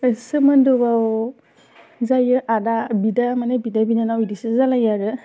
बे सोमोन्दोआव जायो आदा बिदा मानि बिदा बिनानाव बिदिसो जालायो आरो